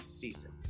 season